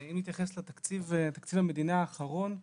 אם נתייחס לתקציב המדינה האחרון שאושר,